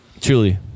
Truly